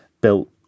built